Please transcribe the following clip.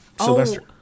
Sylvester